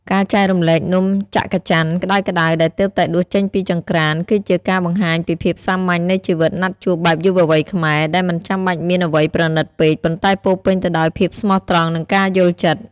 ការចែករំលែកនំច័ក្កច័នក្ដៅៗដែលទើបតែដួសចេញពីចង្ក្រាន គឺជាការបង្ហាញពីភាពសាមញ្ញនៃជីវិតណាត់ជួបបែបយុវវ័យខ្មែរ ដែលមិនចាំបាច់មានអ្វីប្រណីតពេក ប៉ុន្តែពោរពេញទៅដោយភាពស្មោះត្រង់ និងការយល់ចិត្ត។